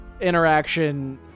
interaction